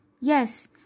Yes